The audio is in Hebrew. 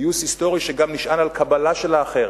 פיוס היסטורי שנשען גם על קבלה של האחר,